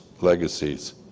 legacies